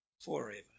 forever